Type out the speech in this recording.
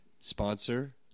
sponsor